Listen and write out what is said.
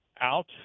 out